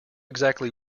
exactly